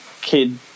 kid